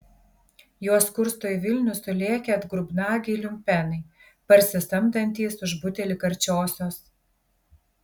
juos kursto į vilnių sulėkę atgrubnagiai liumpenai parsisamdantys už butelį karčiosios